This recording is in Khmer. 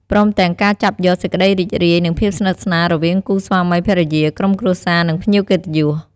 ព្រមទាំងការចាប់យកសេចក្តីរីករាយ និងភាពស្និទ្ធស្នាលរវាងគូស្វាមីភរិយា ក្រុមគ្រួសារ និងភ្ញៀវកិត្តិយស។